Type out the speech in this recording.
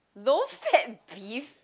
low fat beef